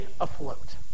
afloat